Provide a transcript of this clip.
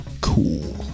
cool